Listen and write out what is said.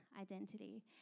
identity